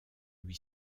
lui